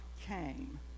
came